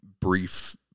brief